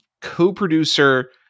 co-producer